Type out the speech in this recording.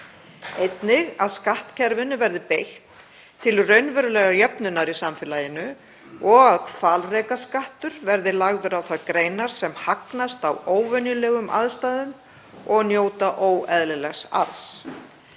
Einnig að skattkerfinu verði beitt til raunverulegrar jöfnunar í samfélaginu og að hvalrekaskattur verði lagður á þær greinar sem hagnast á óvenjulegum aðstæðum og njóta óeðlilegs arðs.